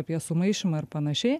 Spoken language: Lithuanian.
apie sumaišymą ir panašiai